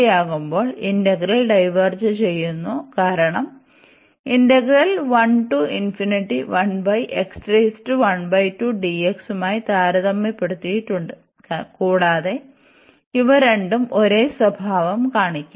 ആകുമ്പോൾ ഇന്റഗ്രൽഡൈവേർജ് ചെയ്യുന്നു കാരണം മായി താരതമ്യപ്പെടുത്തിയിട്ടുണ്ട് കൂടാതെ ഇവ രണ്ടും ഒരേ സ്വഭാവം കാണിക്കും